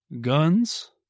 Guns